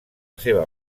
seva